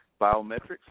biometrics